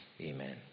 Amen